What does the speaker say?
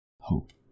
Hope